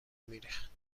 میریخت